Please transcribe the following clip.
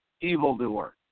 evildoer